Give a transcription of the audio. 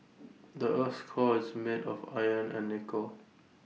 the Earth's core is made of iron and nickel